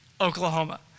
Oklahoma